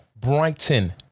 Brighton